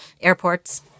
airports